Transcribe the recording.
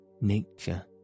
nature